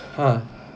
!huh!